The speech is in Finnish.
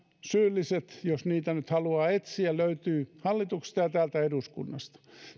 syylliset jos niitä nyt haluaa etsiä löytyvät hallituksesta ja täältä eduskunnasta